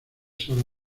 salas